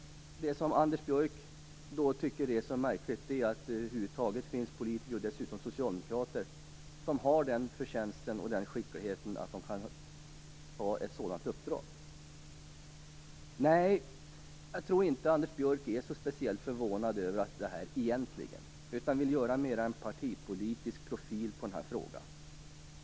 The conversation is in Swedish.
Det som Anders Björck tycker är så märkligt är att det över huvud taget finns politiker, och dessutom socialdemokrater, som har den förtjänsten och skickligheten att de kan ta ett sådant uppdrag. Nej, jag tror att Anders Björck egentligen inte är speciellt förvånad i detta avseende. I stället vill han mera göra frågan till en partipolitisk profilfråga.